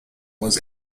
was